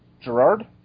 Gerard